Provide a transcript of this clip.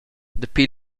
dapi